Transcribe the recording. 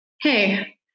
Hey